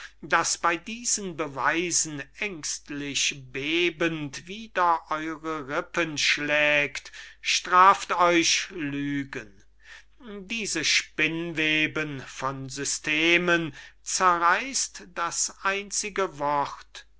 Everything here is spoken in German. das bey diesen beweisen ängstlich bebend wider eure rippen schlägt straft euch lügen diese spinnweben von systemen zerreißt das einzige wort